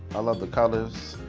i love the colors.